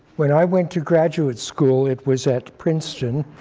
when i went to graduate school, it was at princeton